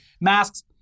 masks